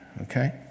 okay